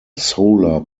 solar